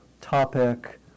topic